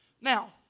Now